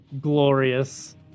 glorious